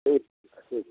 ठीक ठीक